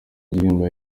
gihembo